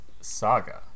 saga